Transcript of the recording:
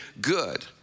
good